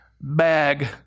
bag